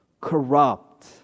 corrupt